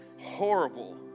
horrible